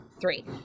three